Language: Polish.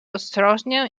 ostrożnie